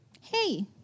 Hey